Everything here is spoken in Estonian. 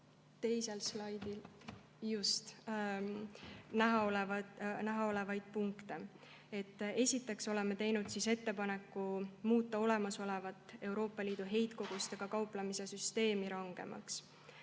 teisel slaidil näha olevat punkti. Esiteks oleme teinud ettepaneku muuta olemasolev Euroopa Liidu heitkogustega kauplemise süsteem rangemaks.